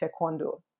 Taekwondo